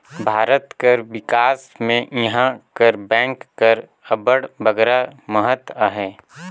भारत कर बिकास में इहां कर बेंक कर अब्बड़ बगरा महत अहे